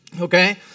Okay